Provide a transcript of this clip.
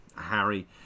Harry